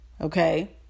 okay